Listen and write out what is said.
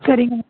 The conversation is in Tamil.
சரிங்க மேம்